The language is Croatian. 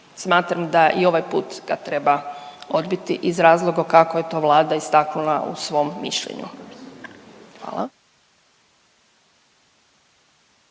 Smatram da i ovaj put ga treba odbiti iz razloga kako je to Vlada istaknula u svom mišljenju.